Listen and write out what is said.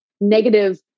negative